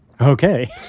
Okay